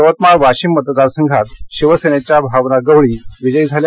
यवतमाळ वाशिम मतदार संघात शिवसेनेच्या भावना गवळी विजयी झाल्या